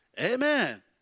Amen